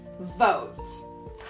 vote